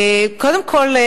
קודם כול,